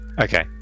Okay